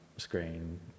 Screen